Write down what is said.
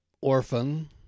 orphan